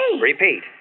Repeat